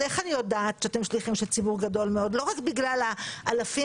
איך אני יודעת זה לא רק בגלל עשרות-האלפים